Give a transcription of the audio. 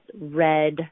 red